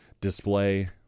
display